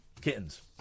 Kittens